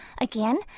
Again